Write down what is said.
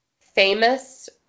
famous